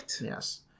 Yes